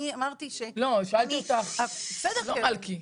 אני אמרתי -- לא, שאלתי אותך לא מלכי.